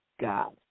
God